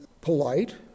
polite